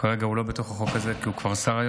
כרגע הוא לא בתוך החוק הזה, כי היום הוא כבר שר,